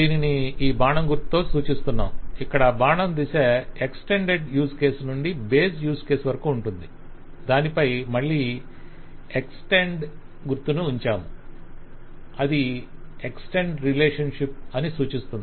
దీనిని ఈ బాణం గుర్తుతో సూచిస్తున్నాము ఇక్కడ బాణం దిశ ఎక్స్టెండ్ యూజ్ కేస్ నుండి బేస్ యూజ్ కేస్ వరకు ఉంటుంది దానిపై మళ్ళీ ఎక్స్టెండ్ గుర్తును ఉంచాము అది ఎక్స్టెండ్ రిలేషన్షిప్ అని సూచిస్తుంది